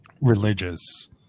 religious